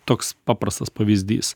toks paprastas pavyzdys